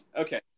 Okay